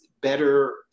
better